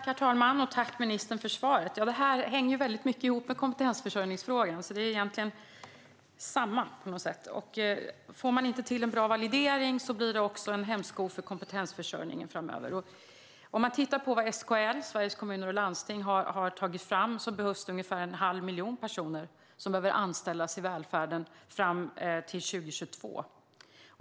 Herr talman! Det här hänger mycket ihop med kompetensförsörjningsfrågan. Det är egentligen samma fråga. Om man inte får till en bra validering blir det också en hämsko för kompetensförsörjningen framöver. Sveriges Kommuner och Landsting, SKL, har tagit fram att ungefär en halv miljon personer behöver anställas i välfärden fram till 2022.